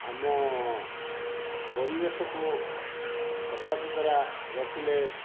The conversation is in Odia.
ଆମ ପରିବେଶକୁ ସଫାସୁତୁରା ରଖିଲେ